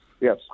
Yes